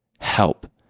Help